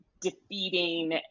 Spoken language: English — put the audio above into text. defeating